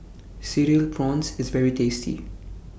Cereal Prawns IS very tasty